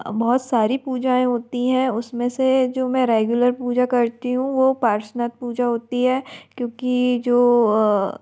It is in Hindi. बहुत सारी पूजाऍं होती हैं उसमें से जो मैं रेगुलर पूजा करती हूँ वह पार्श्वनाथ पूजा होती है क्योंकि जो